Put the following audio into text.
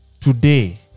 today